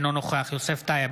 אינו נוכח יוסף טייב,